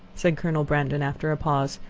said colonel brandon, after a pause,